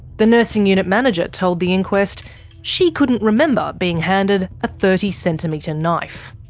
the nursing unit manager told the inquest she couldn't remember being handed a thirty centimetre knife.